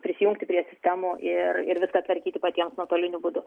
prisijungti prie sistemų ir ir viską tvarkyti patiems nuotoliniu būdu